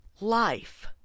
life